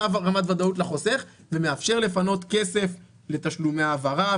אותה רמת ודאות לחוסך ומאפשר לפנות כסף לתשלומי העברה,